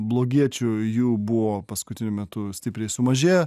blogiečių jų buvo paskutiniu metu stipriai sumažėję